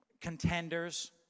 contenders